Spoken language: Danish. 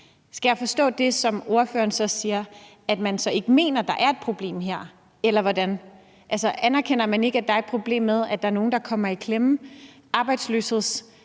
Skal jeg forstå det, som ordføreren siger, sådan, at man ikke mener, at der er et problem her – eller hvordan? Altså, anerkender man ikke, at der er et problem med, at der er nogle, der kommer i klemme? Arbejdsløshedsrettigheder,